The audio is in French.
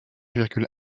virgule